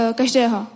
každého